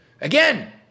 again